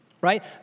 right